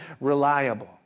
reliable